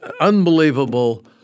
unbelievable